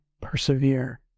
persevere